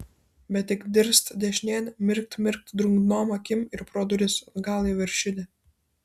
bet tik dirst dešinėn mirkt mirkt drungnom akim ir pro duris atgal į veršidę